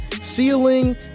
ceiling